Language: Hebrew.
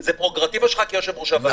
זה פררוגטיבה שלך כיושב-ראש הוועדה.